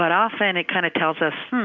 but often, it kind of tells us,